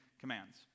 Commands